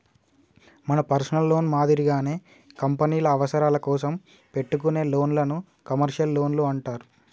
మన personal loan మాదిరిగానే కంపెనీల అవసరాల కోసం పెట్టుకునే లోన్లను కమర్షియల్ లోన్లు అంటారు